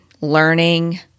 learning